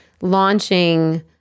launching